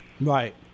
Right